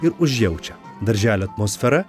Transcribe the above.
ir užjaučia darželio atmosfera